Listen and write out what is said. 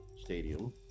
stadium